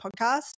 podcast